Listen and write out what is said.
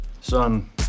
Son